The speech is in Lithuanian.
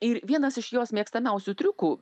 ir vienas iš jos mėgstamiausių triukų